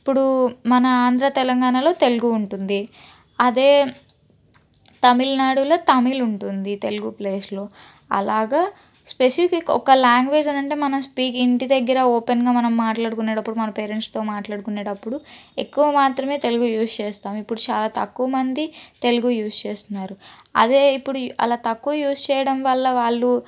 ఇప్పుడు మన ఆంధ్ర తెలంగాణలో తెలుగు ఉంటుంది అదే తమిళనాడులో తమిళ్ ఉంటుంది తెలుగు ప్లేస్లో అలాగా స్పెసిఫిక్ ఒక లాంగ్వేజ్ అనంటే మనం స్పీక్ ఇంటి దగ్గర ఓపెన్గా మనం మాట్లాడుకునేటప్పుడు మన పేరెంట్స్తో మాట్లాడుకునేటప్పుడు ఎక్కువ మాత్రమే తెలుగు యూస్ చేస్తాం ఇప్పుడు చాలా తక్కువ మంది తెలుగు యూస్ చేస్తున్నారు అదే ఇప్పుడు అలా తక్కువ యూస్ చేయడం వల్ల వాళ్ళు